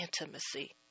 intimacy